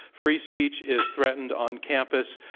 free speech is threatened on campus.